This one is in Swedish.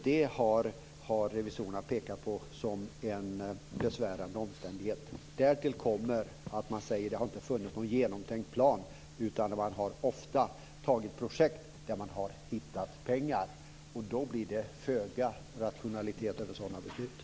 Detta har revisorerna pekat på som en besvärande omständighet. Därtill har man sagt att det inte har funnits någon genomtänkt plan utan projekt har antagits där det har funnits pengar. Sådana beslut är föga rationella.